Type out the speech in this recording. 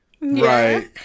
right